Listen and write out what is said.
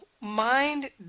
mind